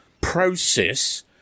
process